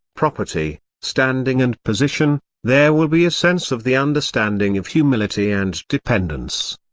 property, standing and position, there will be a sense of the understanding of humility and dependence.